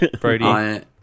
Brody